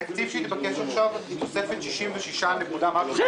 התקציב שמתבקש עכשיו הוא תוספת של שישים ושישה נקודה משהו מיליון.